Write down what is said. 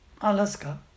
Alaska